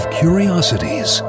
curiosities